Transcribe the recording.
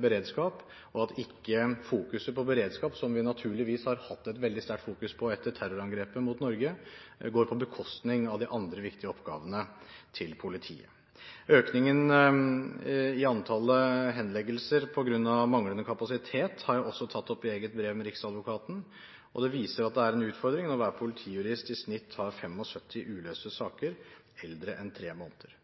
beredskap, og at ikke fokuset på beredskap – vi har naturligvis hatt et veldig sterkt fokus på beredskap etter terrorangrepet mot Norge – går på bekostning av de andre viktige oppgavene til politiet. Økningen i antallet henleggelser på grunn av manglende kapasitet har jeg også tatt opp med Riksadvokaten i et eget brev. Det viser at det er en utfordring når hver politijurist i snitt har 75 uløste saker eldre enn tre måneder.